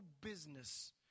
business